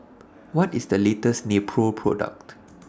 What IS The latest Nepro Product